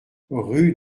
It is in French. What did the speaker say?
rue